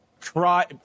try